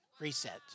reset